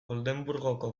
oldenburgoko